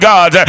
God